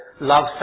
love